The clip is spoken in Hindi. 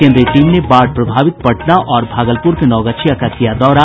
केंद्रीय टीम ने बाढ़ प्रभावित पटना और भागलपूर के नवगछिया का किया दौरा